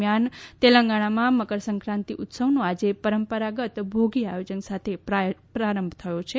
દરમિયાન તેલંગણામાં મકરસંક્રાંતિ ઉત્સવનો આજે પરંપરાગત ભોગી આયોજન સાથે પ્રારંભ થયો છે